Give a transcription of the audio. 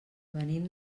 venim